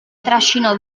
trascinò